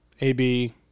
AB